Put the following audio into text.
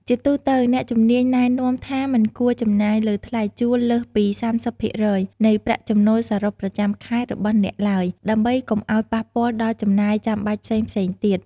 ជាទូទៅ អ្នកជំនាញណែនាំថាមិនគួរចំណាយលើថ្លៃជួលលើសពី ៣០ភាគរយ នៃប្រាក់ចំណូលសរុបប្រចាំខែរបស់អ្នកឡើយ ដើម្បីកុំឱ្យប៉ះពាល់ដល់ចំណាយចាំបាច់ផ្សេងៗទៀត។